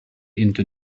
into